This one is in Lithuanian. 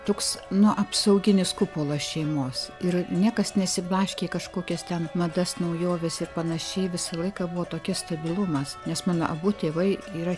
toks nu apsauginis kupolas šeimos ir niekas nesiblaškė į kažkokias ten madas naujoves ir panašiai visą laiką buvo tokie stabilumas nes mano abu tėvai yra